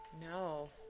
No